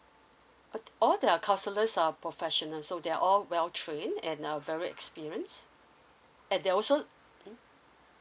uh all the counsellors are professional so they're all well trained and uh very experienced and they're also mm